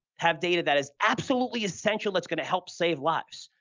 have data that is absolutely essential that's going to help save lives